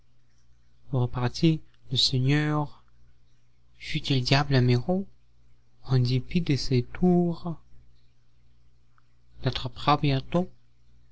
répartit le seigneur fût-il diable miraut en dépit de ses tours l'attrapera bientôt